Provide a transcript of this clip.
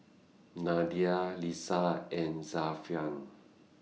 Nadia Lisa and Zafran